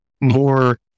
more